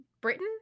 britain